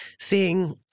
seeing